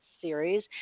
series